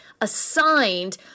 assigned